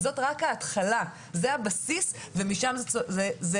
זו רק ההתחלה והבסיס, ומשם זה צומח.